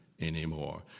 anymore